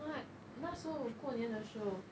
but 那是后过年的时候